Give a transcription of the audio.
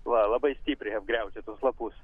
va labai stipriai apgraužia tuos lapus